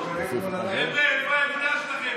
חבר'ה, איפה האמונה שלכם?